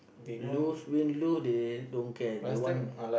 lose win lose they don't care they want